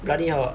bloody hell